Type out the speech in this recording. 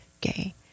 gay